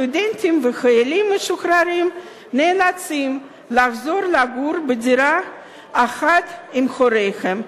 הסטודנטים והחיילים המשוחררים נאלצים לחזור לגור בדירה אחת עם הוריהם,